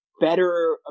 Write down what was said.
better